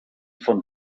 von